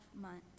months